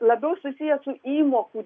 labiau susiję su įmokų